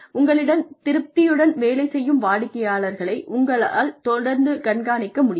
உங்களிடம் திருப்தியுடன் வேலை செய்யும் வாடிக்கையாளர்களை உங்களால் தொடர்ந்து கண்காணிக்க முடியும்